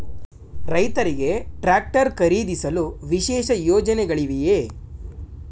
ರೈತರಿಗೆ ಟ್ರಾಕ್ಟರ್ ಖರೀದಿಸಲು ವಿಶೇಷ ಯೋಜನೆಗಳಿವೆಯೇ?